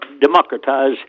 democratize